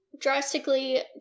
drastically